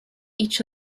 each